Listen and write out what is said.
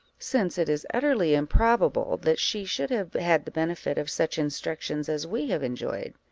since it is utterly improbable that she should have had the benefit of such instructions as we have enjoyed.